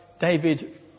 David